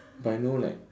but you know like